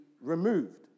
removed